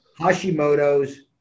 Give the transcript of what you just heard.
Hashimoto's